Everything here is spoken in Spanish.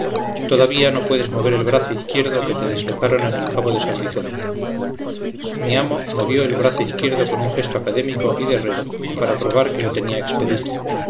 todavía no puedes mover el brazo izquierdo que te dislocaron en el cabo de san vicente mi amo movió el brazo izquierdo con un gesto académico y guerrero para probar que lo tenía expedito